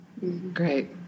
Great